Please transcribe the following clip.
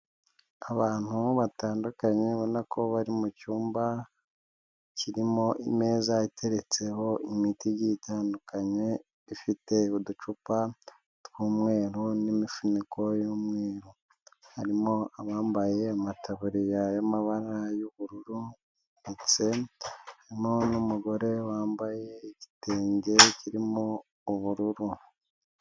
Abantu batandukanye ubona ko bari mu cyumba, kirimo imeza iteretseho imiti igiye itandukanye. lfite uducupa tw'umweru n'imifuniko y'umweru, harimo abambaye amataburi y'amabara y'ubururutse, ndetse harimo n'umugore wambaye igitenge kirimo ubururu.